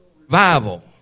Revival